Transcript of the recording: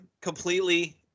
completely